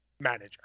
manager